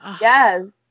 Yes